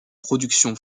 production